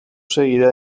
seguida